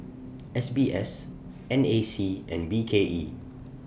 S B S N A C and B K E